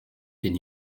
den